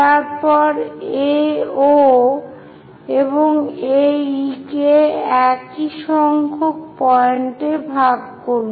তারপর AO এবং AE কে একই সংখ্যক পয়েন্টে ভাগ করুন